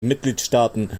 mitgliedstaaten